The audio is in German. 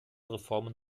reformen